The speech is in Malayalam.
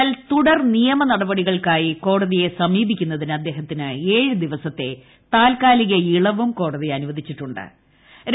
എന്നാൽ തുടർ നിയമ്പ് നടപടികൾക്കായി കോടതിയെ സമീപിക്കുന്നതിന് അദ്ദേഹത്ത്തിന്റ് ഏഴു ദിവസത്തെ താത്ക്കാലിക ഇളവും കോടതി അനുപ്പ്ദിച്ചിട്ടു്ണ്ട്